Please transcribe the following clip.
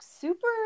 Super